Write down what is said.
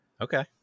Okay